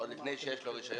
עוד לפני שיש לו רישיון,